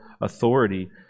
authority